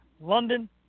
London